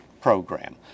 program